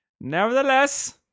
Nevertheless